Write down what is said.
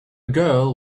girl